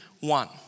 one